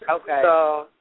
Okay